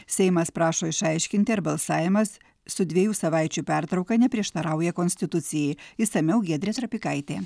seimas prašo išaiškinti ar balsavimas su dviejų savaičių pertrauka neprieštarauja konstitucijai išsamiau giedrės trapikaitė